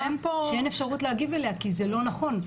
שאין אפשרות להגיב עליה כי זה לא נכון.